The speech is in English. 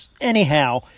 Anyhow